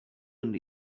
and